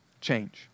change